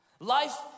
life